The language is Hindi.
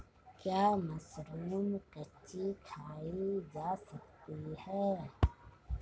क्या मशरूम कच्ची खाई जा सकती है?